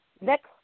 Next